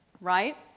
right